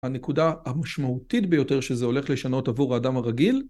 הנקודה המשמעותית ביותר שזה הולך לשנות עבור האדם הרגיל